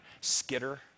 skitter